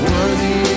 Worthy